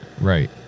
right